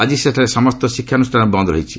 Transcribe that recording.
ଆଜି ସେଠାରେ ସମସ୍ତ ଶିକ୍ଷାନୁଷାନ ବନ୍ଦ ରହିଛି